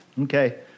Okay